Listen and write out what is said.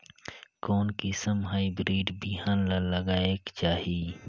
कोन किसम हाईब्रिड बिहान ला लगायेक चाही?